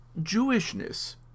Jewishness